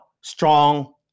strong